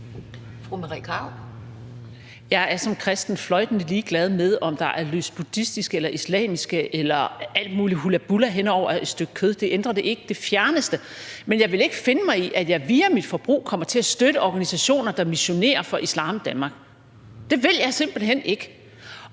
Jeg er som kristen fløjtende ligeglad med, om der er lyst buddhistisk eller islamisk eller alt mulig hulla-bulla hen over et stykke kød – det ændrer det ikke det fjerneste. Men jeg vil ikke finde mig i, at jeg via mit forbrug kommer til at støtte organisationer, der missionerer for islam i Danmark. Det vil jeg simpelt hen ikke.